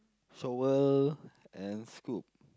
shovel and scoop